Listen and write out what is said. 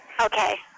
Okay